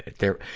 there,